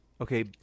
okay